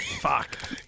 Fuck